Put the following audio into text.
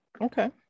Okay